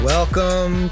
Welcome